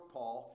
Paul